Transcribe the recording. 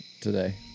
today